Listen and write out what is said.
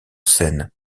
seine